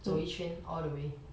走一圈 all the way